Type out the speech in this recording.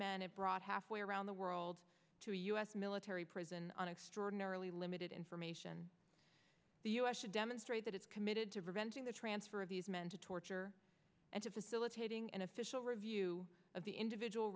men it brought halfway around the world to u s military prison on extraordinarily limited information the us should demonstrate that it's committed to preventing the transfer of these men to torture and to facilitating an official review of the individual